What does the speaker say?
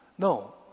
No